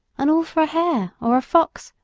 and all for a hare or a fox,